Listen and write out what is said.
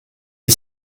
est